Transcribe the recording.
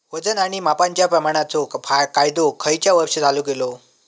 वजन आणि मापांच्या प्रमाणाचो कायदो खयच्या वर्षी चालू केलो?